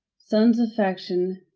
sons of faction,